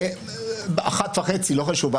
אחת וחצי, לא חשוב.